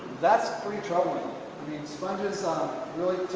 that's pretty troubling i mean sponges um really,